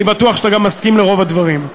אני בטוח שאתה גם מסכים לרוב הדברים.